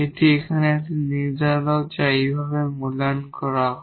এটি এখানে একটি নির্ধারক যা এইভাবে মূল্যায়ন করা হয়